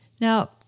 Now